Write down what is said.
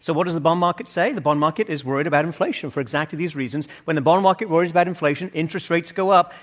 so what does the bond market say? the bond market is worried about inflation for exactly these reasons. when the bond market worries about inflation, interest rates go up,